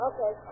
Okay